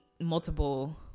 multiple